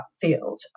field